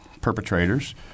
perpetrators